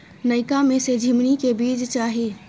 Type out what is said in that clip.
नयका में से झीमनी के बीज चाही?